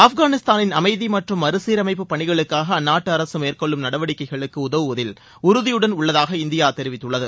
ஆப்கானிஸ்தானின் அமைதி மற்றும் மறுசீரமைப்பு பணிகளுக்காக அந்நாட்டு அரசு மேற்கொள்ளும் நடவடிக்கைகளுக்கு உதவுவதில் உறுதியுடன் உள்ளதாக இந்தியா தெரிவித்துள்ளது